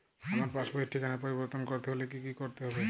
আমার পাসবই র ঠিকানা পরিবর্তন করতে হলে কী করতে হবে?